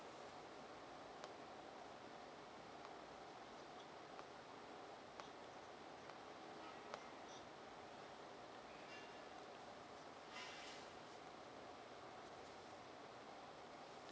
mm